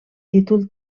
títol